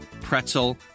pretzel